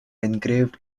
engraved